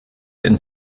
and